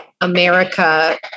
America